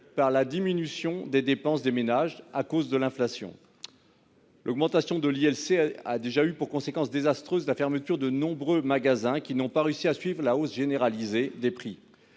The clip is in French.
par la diminution des dépenses des ménages causée par l'inflation. L'augmentation de l'ILC a déjà eu pour conséquence désastreuse la fermeture de nombreux magasins qui n'ont pas réussi à suivre la hausse généralisée des prix.